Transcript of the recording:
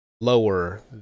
lower